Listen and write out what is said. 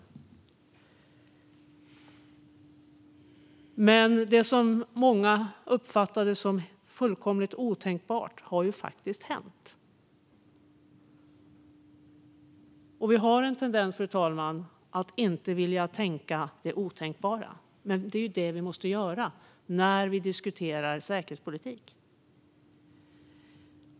Men det som många uppfattade som fullkomligt otänkbart har faktiskt hänt. Och vi har en tendens, fru talman, att inte vilja tänka det otänkbara. Men det är det som vi måste göra när vi diskuterar säkerhetspolitik.